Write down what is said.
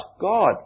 God